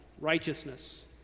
righteousness